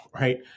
right